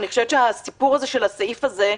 אני חושבת שהסעיף הזה,